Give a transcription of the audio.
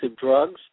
drugs